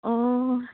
অঁ